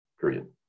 period